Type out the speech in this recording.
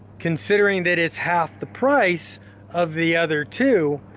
considering that it's half the price of the other two,